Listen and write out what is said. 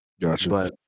Gotcha